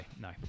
no